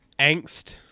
Angst